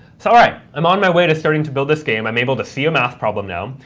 so all right, i'm on my way to starting to build this game. i'm able to see a math problem now.